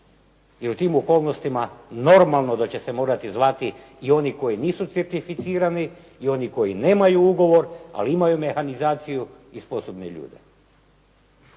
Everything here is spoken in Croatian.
I u tim okolnostima normalno da će se morati zvati i oni koji nisu certificirani i oni koji nemaju ugovor, ali imaju mehanizaciju i sposobne ljude.